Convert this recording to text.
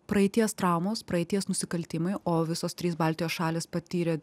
praeities traumos praeities nusikaltimai o visos trys baltijos šalys patyrė